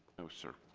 no sir